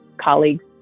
colleagues